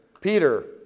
Peter